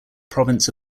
province